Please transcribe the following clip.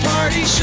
Party